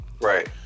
Right